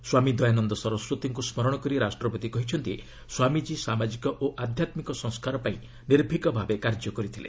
ସ୍ୱାମୀ ଦୟାନନ୍ଦ ସରସ୍ୱତୀଙ୍କୁ ସ୍କରଣ କରି ରାଷ୍ଟ୍ରପତି କହିଛନ୍ତି ସ୍ୱାମିକ୍ରୀ ସାମାଜିକ ଓ ଆଧ୍ୟାତ୍କିକ ସଂସ୍କାର ପାଇଁ ନିର୍ଭୀକ ଭାବେ କାର୍ଯ୍ୟ କରିଥିଲେ